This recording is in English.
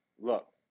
look